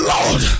Lord